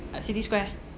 uh city square